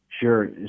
Sure